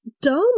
dumb